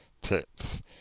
tips